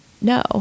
no